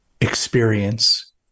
experience